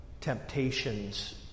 temptations